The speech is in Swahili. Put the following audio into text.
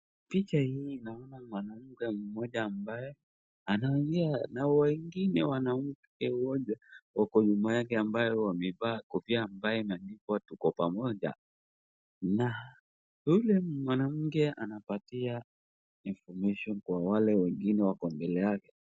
Picha hii naona mwanamke mmoja ambaye anaongea na wengine mwanamke mmoja wako nyuma yake ambao wamevaa kofia imeandikwa tuko pamoja. Na ule mwanamke anapatia information kwa wale wengine wako mbele yake.